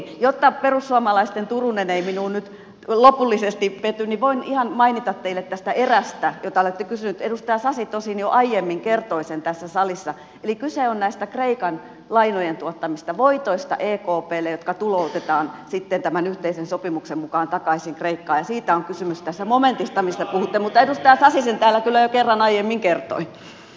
jotta perussuomalaisten turunen ei minuun nyt lopullisesti pety niin voin ihan mainita teille tästä erästä jota olette kysynyt edustaja sasi tosin jo aiemmin kertoi sen tässä salissa eli kyse on näistä kreikan lainojen ekplle tuottamista voitoista jotka tuloutetaan sitten tämän yhteisen sopimuksen mukaan takaisin kreikkaan ja siitä on kysymys tässä momentissa mistä puhuitte mutta edustaja sasi sen täällä kyllä jo kerran aiemmin kertoi